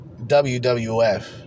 WWF